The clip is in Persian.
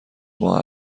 ماه